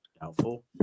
doubtful